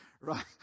Right